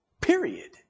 period